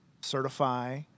certify